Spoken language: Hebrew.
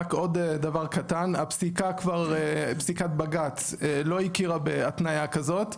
עוד דבר קטן, פסיקת בג"ץ לא הכירה בהתניה כזאת,